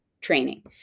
training